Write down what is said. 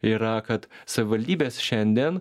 yra kad savivaldybės šiandien